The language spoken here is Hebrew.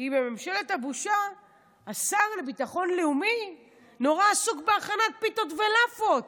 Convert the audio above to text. כי בממשלת הבושה השר לביטחון לאומי נורא עסוק בהכנת פיתות ולאפות